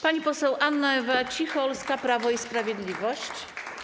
Pani poseł Anna Ewa Cicholska, Prawo i Sprawiedliwość.